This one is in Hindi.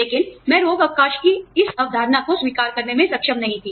लेकिन मैं रोग अवकाश की इस अवधारणा को स्वीकार करने में सक्षम नहीं थी